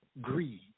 greed